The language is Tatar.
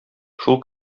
шул